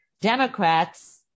Democrats